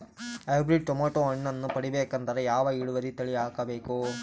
Hybrid tomato ಹಣ್ಣನ್ನ ಪಡಿಬೇಕಂದರ ಯಾವ ಇಳುವರಿ ತಳಿ ಹಾಕಬೇಕು?